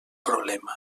problema